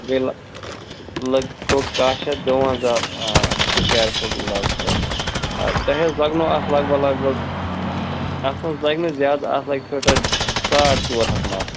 بیٚیہِ لا لوٚگ گوٚو کاہ شَتھ دُوَنٛزاہ سُکیر فٔٹ لگ بھگ آ تۄہہِ حظ لگنو اَتھ لگ بھگ لگ بھگ اَتھ حظ لَگہِ نہٕ زیادٕ اَتھ لَگہِ چھُو تۅہہِ ساڑ ژور ہَتھ مَرلہٕ